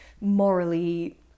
morally